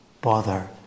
bother